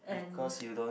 and